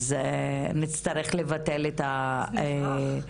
אז נצטרך לבטל את הישיבה.